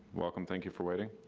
welcome, thank you for waiting.